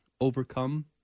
overcome